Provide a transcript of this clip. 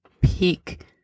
peak